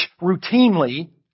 routinely